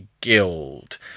Guild